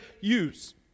use